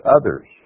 others